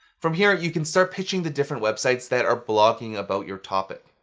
from here, you can start pitching the different websites that are blogging about your topic.